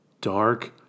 dark